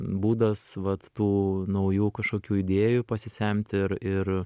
būdas vat tų naujų kažkokių idėjų pasisemti ir ir